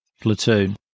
platoon